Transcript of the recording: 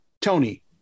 Tony